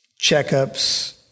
checkups